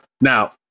Now